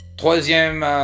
troisième